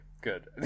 good